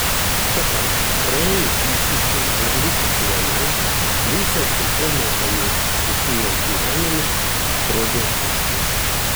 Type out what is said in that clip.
dabar praėjus įsiūčiui ir likus vienai visas su džonatanu susijęs gyvenimas atrodė tuščias